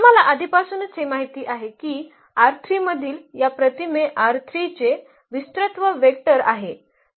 तर आम्हाला आधीपासूनच हे माहित आहे की मधील या प्रतिमे चे विस्तृत वेक्टर आहे